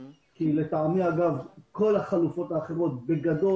לטעמי, כל החלופות האחרות יושמו בגדול.